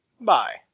bye